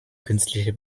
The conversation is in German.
künstliche